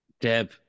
Deb